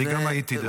גם אני הייתי.